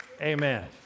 Amen